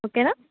okay నా